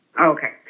Okay